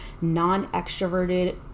non-extroverted